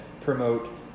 promote